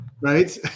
right